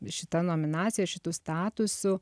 šita nominacija šitu statusu